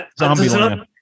Zombieland